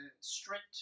strict